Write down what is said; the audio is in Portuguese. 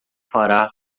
fará